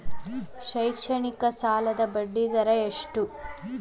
ಶೈಕ್ಷಣಿಕ ಸಾಲದ ಬಡ್ಡಿ ದರ ಎಷ್ಟು?